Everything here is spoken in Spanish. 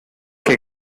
que